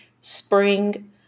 spring